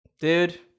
Dude